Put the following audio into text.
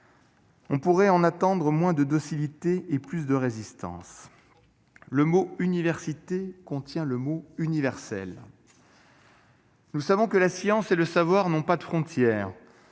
On pourrait en attendre moins de docilité et plus de résistance, le mot université contient le mot universel. Nous savons que la science et le savoir n'ont pas de frontières,